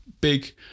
big